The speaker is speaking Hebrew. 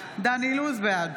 אילוז, בעד